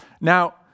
Now